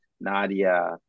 Nadia